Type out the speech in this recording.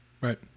right